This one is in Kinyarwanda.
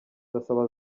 ndasaba